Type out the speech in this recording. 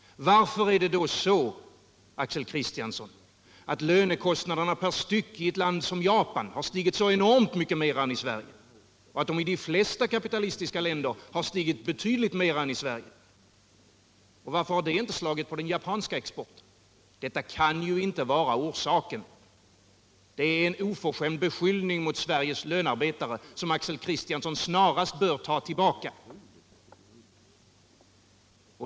Men, Axel Kristiansson, lönekostnaderna per styck i ett land som Japan har stigit så enormt mycket mera än i Sverige, och det har de även gjort i de flesta andra kapitalistiska länderna. Varför har det inte slagit på den japanska exporten? Detta kan ju inte vara orsaken till krisen. Det är en oförskämd beskyllning mot Sveriges lönearbetare, som Axel Kristiansson snarast bör ta tillbaka.